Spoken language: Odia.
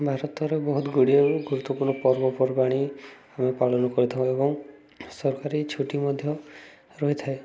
ଭାରତର ବହୁତ ଗୁଡ଼ିଏ ଏବଂ ଗୁରୁତ୍ୱପୂର୍ଣ୍ଣ ପର୍ବପର୍ବାଣି ଆମେ ପାଳନ କରିଥାଉ ଏବଂ ସରକାରୀ ଛୁଟି ମଧ୍ୟ ରହିଥାଏ